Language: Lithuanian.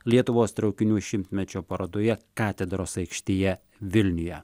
lietuvos traukinių šimtmečio parodoje katedros aikštėje vilniuje